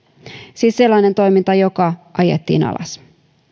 siis sellainen toiminta joka ajettiin alas